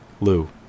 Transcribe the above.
Lou